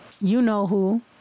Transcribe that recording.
you-know-who